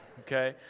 Okay